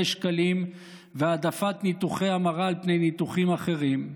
שקלים והעדפת ניתוחי המרה על פני ניתוחים אחרים,